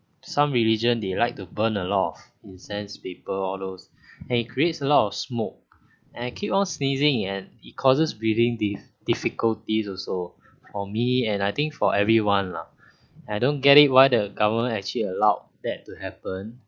some religion they liked the burn a lot of incense paper all those and it creates a lot of smoke and I keep on sneezing and it causes breathing dif~ difficulties also for me and I think for everyone lah I don't get it why the government actually allowed that to happen